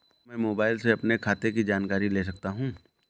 क्या मैं मोबाइल से अपने खाते की जानकारी ले सकता हूँ?